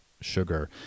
sugar